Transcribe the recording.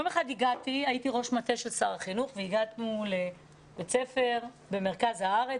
הייתי ראש מטה של שר החינוך והגענו לבית ספר במרכז הארץ,